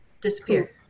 disappear